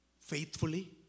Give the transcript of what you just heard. faithfully